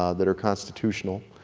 ah that are constitutional,